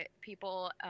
people